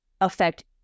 affect